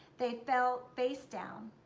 they fell face down